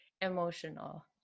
emotional